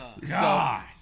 God